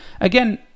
again